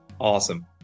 Awesome